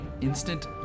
instant